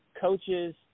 coaches